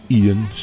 Ian